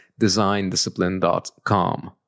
designdiscipline.com